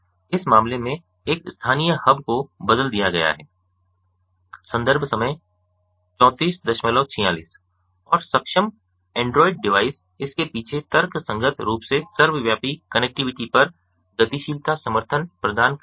इस मामले में एक स्थानीय हब को बदल दिया गया है और सक्षम एंड्रॉइड डिवाइस इसके पीछे तर्कसंगत रूप से सर्वव्यापी कनेक्टिविटी पर गतिशीलता समर्थन प्रदान करना है